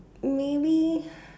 maybe